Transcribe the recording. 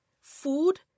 food